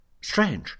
strange